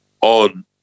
on